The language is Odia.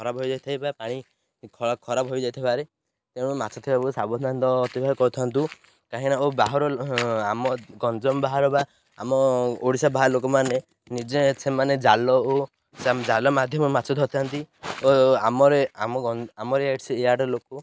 ଖରାପ ହୋଇଯାଇଥାଏ ବା ପାଣି ଖରାପ ହୋଇ ଯାଇଥିବାରେ ତେଣୁ ମାଛ ଥିବାକୁ ସାବଧାନ କରିଥାନ୍ତୁ କାହିଁକିନା ଓ ବାହାରର ଆମ ଗଞ୍ଜାମ ବାହାର ବା ଆମ ଓଡ଼ିଶା ବାହାର ଲୋକମାନେ ନିଜେ ସେମାନେ ଜାଲ ଓ ଜାଲ ମାଧ୍ୟମ ମାଛ ଧରିଥାନ୍ତି ଓ ଆମ ଆମ ଆମର ଇଆଡ଼ ଲୋକ